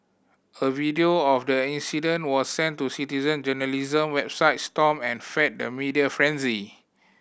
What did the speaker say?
a video of the incident was sent to citizen journalism website Stomp and fed the media frenzy